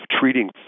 treating